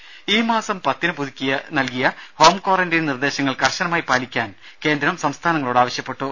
രുമ ഈ മാസം പത്തിന് പുതുക്കി നൽകിയ ഹോം ക്വാറന്റൈൻ നിർദ്ദേശങ്ങൾ കർശനമായി പാലിക്കാൻ കേന്ദ്രം സംസ്ഥാനങ്ങളോട് ആവശ്യപ്പെട്ടു